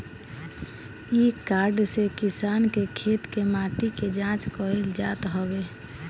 इ कार्ड से किसान के खेत के माटी के जाँच कईल जात हवे